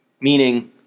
Meaning